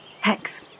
Hex